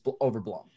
overblown